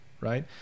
right